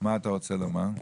מה אתה רוצה לומר?